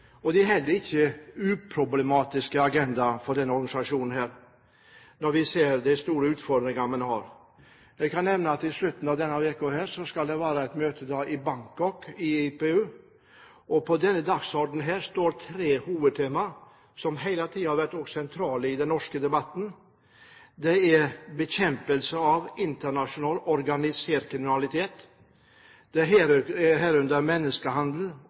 og det er heller ikke en uproblematisk agenda for denne organisasjonen når vi ser de store utfordringene. Jeg kan nevne at i slutten av denne uken skal det være et IPU-møte i Bangkok. På dagsordenen står tre hovedtema som har vært sentrale også i den norske debatten. Det er bekjempelse av internasjonal organisert kriminalitet, herunder menneskehandel, og det er ulovlig våpenhandel og narkotikakriminalitet. Dette er